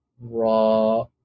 raw